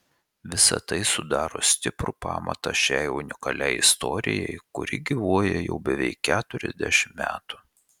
visa tai sudaro stiprų pamatą šiai unikaliai istorijai kuri gyvuoja jau beveik keturiasdešimt metų